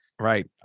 Right